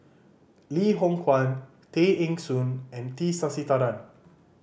Loh Hoong Kwan Tay Eng Soon and T Sasitharan